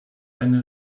eine